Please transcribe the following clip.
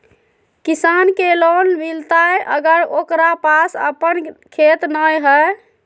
किसान के लोन मिलताय अगर ओकरा पास अपन खेत नय है?